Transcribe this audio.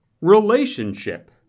relationship